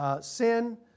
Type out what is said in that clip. sin